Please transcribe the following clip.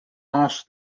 ask